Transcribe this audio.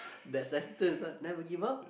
that sentence ah never give up